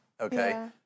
Okay